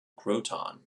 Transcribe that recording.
groton